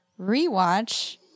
Rewatch